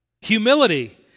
Humility